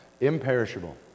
Imperishable